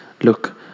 look